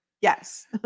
Yes